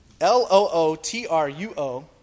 L-O-O-T-R-U-O